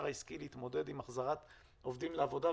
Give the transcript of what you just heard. העסקי להתמודד עם החזרת עובדים לעבודה,